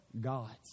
God's